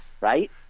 right